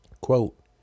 Quote